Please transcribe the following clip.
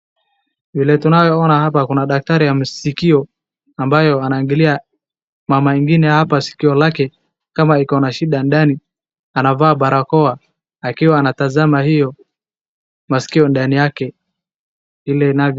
Vile tunaye ona hapa kuna daktari ya maskio ambayo anaangalia mama ingine hapa sikio lake kama iko na shida ndani. Anavaa barakoa akiwa natazama hiyo maskio ndani yake vile inavyo.